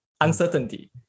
Uncertainty